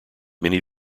many